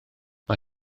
mae